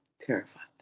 terrified